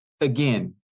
Again